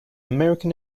american